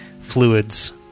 fluids